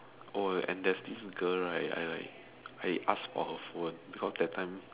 oh and there's this girl right I like I asked for her phone because that time